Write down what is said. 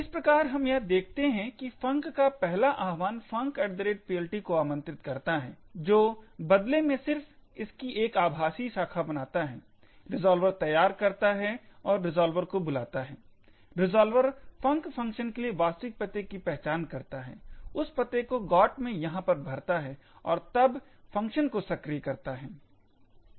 इस प्रकार हम देखते हैं कि func का पहला आह्वान funcPLT को आमंत्रित करता है जो बदले में सिर्फ इसकी एक आभाषी शाखा बनाता है रिज़ॉल्वर तैयार करता है और रिज़ॉल्वर को बुलाता है रिज़ॉल्वर func फ़ंक्शन के लिए वास्तविक पते की पहचान करता है उस पते को GOT में यहाँ पर भरता है और तब फंक्शन को सक्रिय करता है